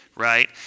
right